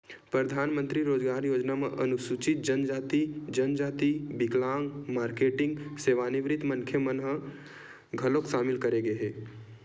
परधानमंतरी रोजगार योजना म अनुसूचित जनजाति, जनजाति, बिकलांग, मारकेटिंग, सेवानिवृत्त मनखे ल घलोक सामिल करे गे हे